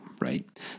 right